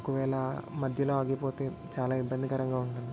ఒక వేళ మధ్యలో ఆగిపోతే చాలా ఇబ్బందికరంగా ఉంటుంది